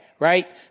Right